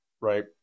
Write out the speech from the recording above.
right